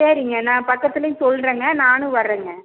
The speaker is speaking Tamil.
சரிங்க நான் பக்கத்துலேயும் சொல்கிறேங்க நானும் வர்றேன்ங்க